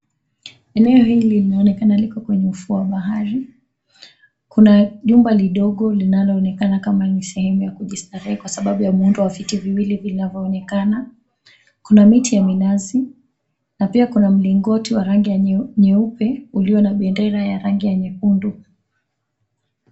Eneo hili linaonekana liko kwenye ufuo wa bahari. Kuna jumba lidogo linaloonekana kama ni sehemu ya kujistarehe kwa sababu ya muundo wa viti viwili vinavyoonekana. Kuna miti ya minazi, na pia kuna mlingoti wa rangi ya nyeupe ulio na bendera ya rangi ya nyekundu.